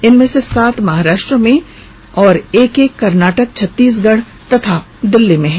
इनमें से सात महाराष्ट्र में और एक एक कर्नाटक छत्तीसगढ तथा दिल्ली में है